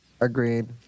agreed